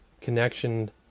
connection